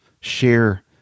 share